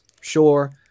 sure